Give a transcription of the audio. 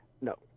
No